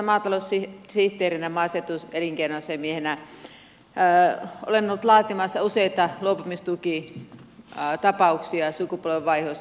toimiessani savukosken kunnassa maataloussihteerinä maaseutuelinkeinoasiamiehenä olen ollut laatimassa useita luopumistukitapauksia ja sukupolvenvaihdoseläkejärjestelmiä